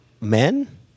men